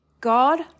God